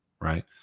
Right